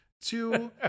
Two